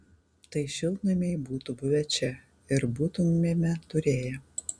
tai šiltnamiai būtų buvę čia ir būtumėme turėję